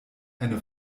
eine